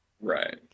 Right